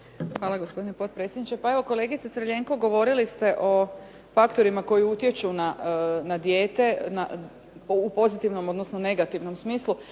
Hvala, gospodine potpredsjedniče. Pa evo kolegice Crljenko, govorili ste o faktorima koji utječu na dijete, u pozitivnom odnosno negativnom smislu